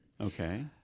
Okay